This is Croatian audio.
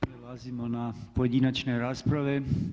Prelazimo na pojedinačne rasprave.